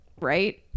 right